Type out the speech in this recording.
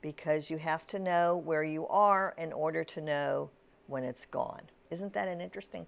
because you have to know where you are in order to know when it's gone isn't that an interesting